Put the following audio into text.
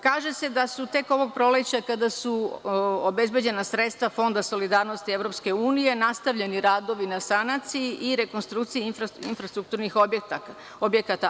Kaže se da su tek ovog proleća kada su obezbeđena sredstva Fonda solidarnosti Evropske unije nastavljeni radovi na sanaciji i rekonstrukciji infrastrukturnih objekata.